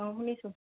অঁ শুনিছো